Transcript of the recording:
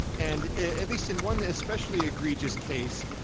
and at least in one especially egregious case,